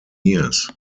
years